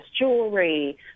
jewelry